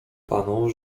panu